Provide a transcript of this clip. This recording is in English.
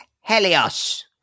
Helios